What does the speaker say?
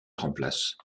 remplacent